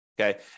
okay